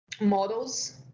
models